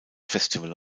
festival